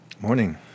morning